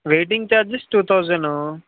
waiting charges two thousand ను